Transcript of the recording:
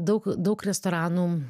daug daug restoranų